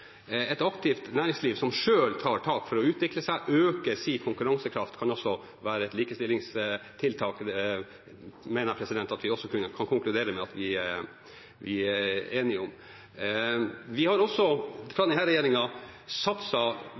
et godt likestillingstiltak. Et aktivt næringsliv som selv tar tak for å utvikle seg og øke sin konkurransekraft, kan også være et likestillingstiltak. Det mener jeg at vi kan konkludere med at vi er enige om. Vi har fra denne regjeringen satset veldig mye på samferdsel, slik at man også